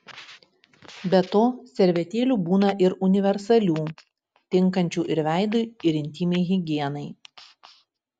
be to servetėlių būna ir universalių tinkančių ir veidui ir intymiai higienai